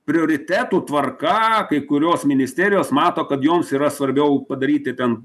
prioritetų tvarka kai kurios ministerijos mato kad joms yra svarbiau padaryti ten